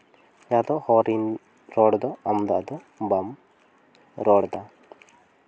ᱚᱱᱟ ᱫᱚ ᱦᱚᱲ ᱨᱚᱲ ᱫᱚ ᱟᱢᱫᱟ ᱫᱚ ᱟᱫᱚ ᱵᱟᱢ ᱨᱚᱲ ᱮᱫᱟ